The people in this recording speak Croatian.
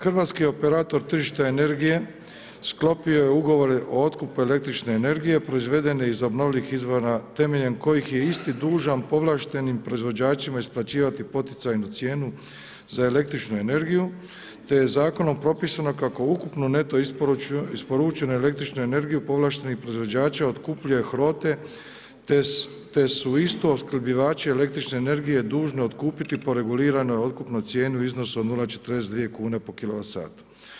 Hrvatski operator tržišta energije sklopio je ugovore o otkupu električne energije proizvede iz obnovljivih izvora temeljem kojih je isti dužan povlaštenim proizvođačima isplaćivati poticajnu cijenu za električnu energiju, te je Zakonom propisano kako ukupno neto isporučena električna energija povlaštenih proizvođača otkupljuje HROTE, te su isto opskrbljivači električne energije dužni otkupiti po reguliranoj otkupnoj cijeni u iznosu od 0,42 kn po kilovat satu.